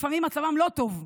לפעמים מצבם לא טוב,